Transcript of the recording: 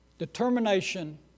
Determination